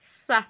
سَتھ